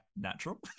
natural